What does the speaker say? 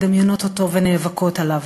מדמיינות אותו ונאבקות עליו.